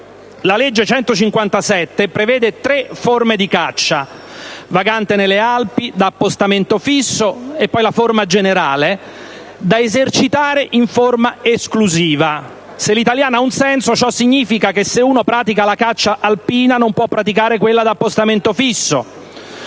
157 del 1992 prevede tre forme di caccia (vagante nelle Alpi, da appostamento fisso e generale), da esercitare in forma esclusiva. Se la lingua italiana ha un senso, ciò significa che, se uno pratica la caccia alpina, non può praticare quella da appostamento fisso.